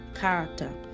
character